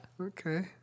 Okay